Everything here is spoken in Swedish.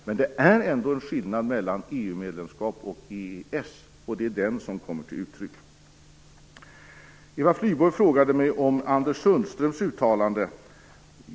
Men det är en skillnad mellan EU medlemskap och EES, och det är den som kommer till uttryck. Eva Flyborg frågade mig om Anders Sundströms uttalande.